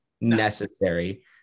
necessary